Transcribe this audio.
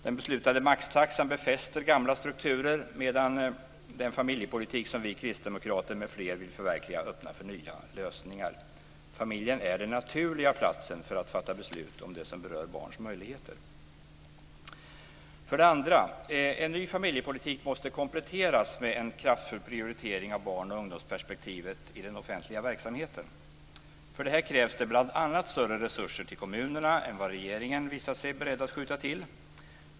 Den beslutade maxtaxan befäster gamla strukturer medan den familjepolitik vi kristdemokrater m.fl. vill förverkliga öppnar för nya lösningar. Familjen är den naturliga platsen för att fatta beslut om det som berör barns möjligheter. För det andra: En ny familjepolitik måste kompletteras med en kraftfull prioritering av barn och ungdomsperspektivet i den offentliga verksamheten. För det krävs bl.a. större resurser till kommunerna än vad regeringen visat sig beredd att skjuta till.